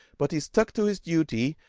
but he stuck to his duty,